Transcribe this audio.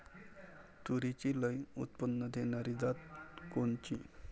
तूरीची लई उत्पन्न देणारी जात कोनची?